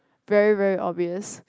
very very obvious